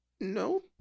No